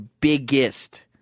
biggest